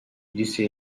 disse